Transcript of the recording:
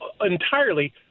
entirely